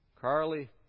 Carly